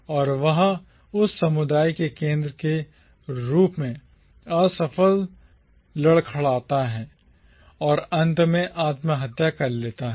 और वह उस समुदाय के केंद्र के रूप में असफल लड़खड़ाता है और अंत में आत्महत्या कर लेता है